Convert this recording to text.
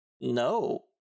No